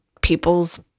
people's